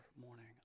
morning